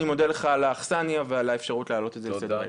אני מודה לך על האכסניה ועל האפשרות להעלות את זה על סדר היום.